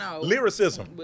lyricism